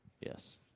Yes